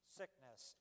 sickness